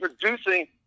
producing